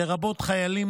לרבות חיילים,